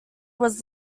was